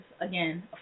again